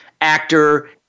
actor